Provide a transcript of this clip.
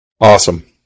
Awesome